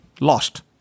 lost